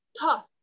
tough